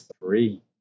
three